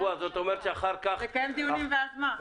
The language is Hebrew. תקיים דיונים, ואז מה?